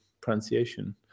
pronunciation